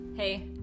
Hey